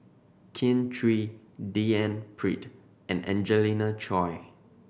Kin Chui D N Pritt and Angelina Choy